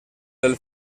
del